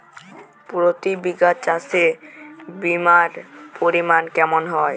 প্রতি বিঘা চাষে বিমার পরিমান কেমন হয়?